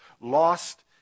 lost